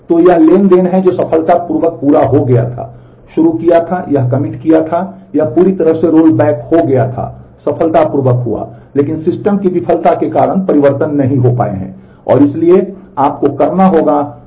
तो यह ट्रांज़ैक्शन है जो सफलतापूर्वक पूरा हो गया था शुरू किया था यह कमिट को निष्पादित करें